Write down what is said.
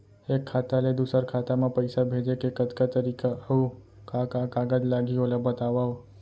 एक खाता ले दूसर खाता मा पइसा भेजे के कतका तरीका अऊ का का कागज लागही ओला बतावव?